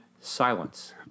silence